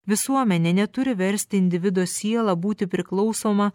visuomenė neturi versti individo sielą būti priklausomą